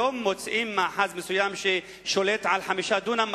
היום מוצאים מאחז מסוים ששולט על 5 דונמים,